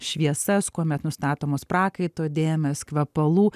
šviesas kuomet nustatomos prakaito dėmes kvepalų